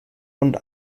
und